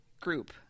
group